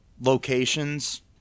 Locations